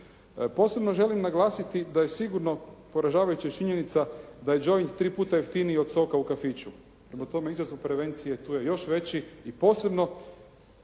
Posebno želim naglasiti da je sigurno poražavajuća činjenica da je "Džoint" tri puta jeftiniji od soka u kafiću. Prema tome, izazov prevencije tu je još veći i posebno